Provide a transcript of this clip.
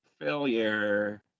failure